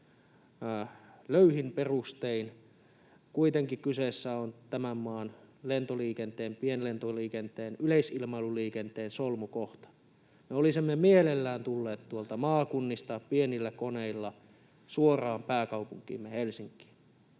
löyhin perustein. Kuitenkin kyseessä on tämän maan lentoliikenteen, pienlentoliikenteen, yleisilmailuliikenteen, solmukohta. Me olisimme mielellämme tulleet tuolta maakunnista pienillä koneilla suoraan pääkaupunkiimme Helsinkiin,